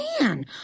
man